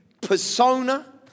persona